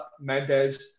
Mendez